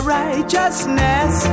righteousness